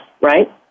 right